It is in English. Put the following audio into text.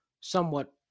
somewhat